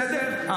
בסדר?